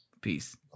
Peace